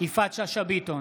יפעת שאשא ביטון,